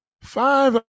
Five